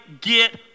get